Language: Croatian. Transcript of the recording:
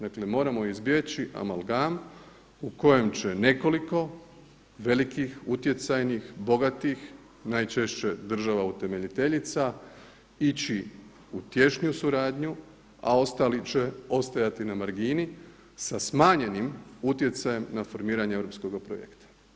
Dakle, moramo izbjeći amalgam u kojem će nekoliko velikih, utjecajnih, bogatih najčešće država utemeljiteljica ići u tješniju suradnju, a ostali će ostati na margini sa smanjenim utjecajem na formiranje europskoga projekta.